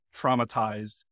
traumatized